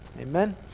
Amen